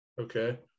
okay